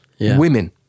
women